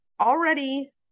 already